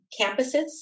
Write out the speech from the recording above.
campuses